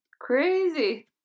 Crazy